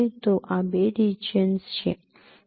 તો આ બે રિજિયન્સ છે